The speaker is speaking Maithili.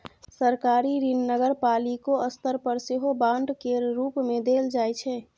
सरकारी ऋण नगरपालिको स्तर पर सेहो बांड केर रूप मे देल जाइ छै